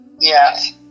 Yes